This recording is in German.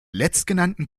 letztgenannten